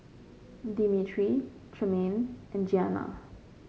Dimitri Tremayne and Giana